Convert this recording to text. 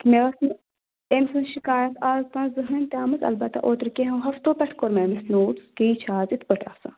مےٚ ٲس أمۍ سٕنٛز شِکایت آز تام زٕہٕنۍ تہِ آمٕژ البتہ اوترٕ کیٚنٛہہ ہَفتو پٮ۪ٹھ کوٚر مےٚ أمِس نوٹٕس کہِ یہِ چھِ آز اِتھ پٲٹھۍ آسان